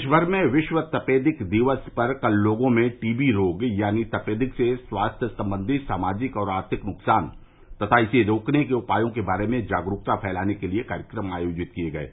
देश भर में विश्व तपेदिक दिवस पर कल लोगों में टीबी रोग यानि तपेदिक से स्वास्थ्य संबधी सामाजिक और आर्थिक नुकसान तथा इसे रोकने के उपायों के बारे में जागरूकता फैलाने के लिए कार्यक्रम आयोजित किये गये